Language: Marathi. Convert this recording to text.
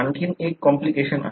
आणखी एक कॉम्प्लिकेशन आहे